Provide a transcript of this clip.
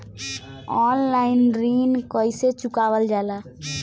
Online ऋण कईसे चुकावल जाला?